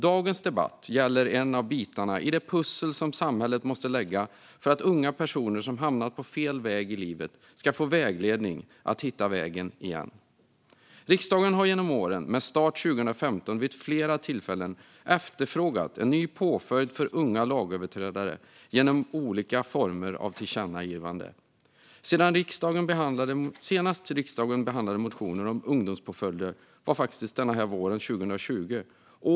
Dagens debatt gäller en av bitarna i det pussel som samhället måste lägga för att unga personer som hamnat på fel väg i livet ska få vägledning så att de hittar rätt. Riksdagen har genom åren, med start 2015, vid flera tillfällen efterfrågat en ny påföljd för unga lagöverträdare genom olika former av tillkännagivanden. Senast riksdagen behandlade motioner om ungdomspåföljder var faktiskt den här våren, 2020.